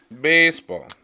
Baseball